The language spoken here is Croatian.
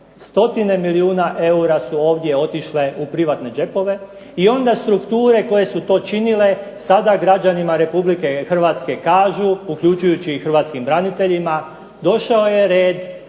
100-tine milijuna eura su ovdje otišle u privatne džepove i onda strukture koje su to činile, sada građanima Republike Hrvatske kažu uključujući i hrvatskim braniteljima, došao je red